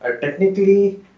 Technically